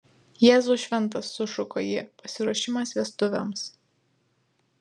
jėzau šventas sušuko ji pasiruošimas vestuvėms